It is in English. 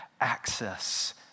access